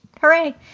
Hooray